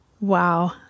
Wow